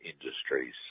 industries